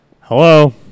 Hello